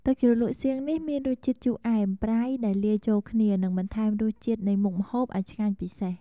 ទឹកជ្រលក់សៀងនេះមានរសជាតិជូរ អែម ប្រៃ ដែលលាយចូលគ្នា និងបន្ថែមរសជាតិនៃមុខម្ហូបឱ្យឆ្ងាញ់ពិសេស។